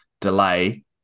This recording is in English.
delay